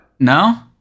No